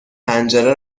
پنجره